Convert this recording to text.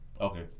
Okay